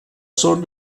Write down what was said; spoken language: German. sohn